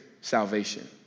salvation